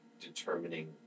determining